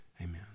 Amen